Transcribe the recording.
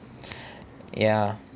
ya